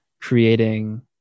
creating